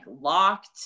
locked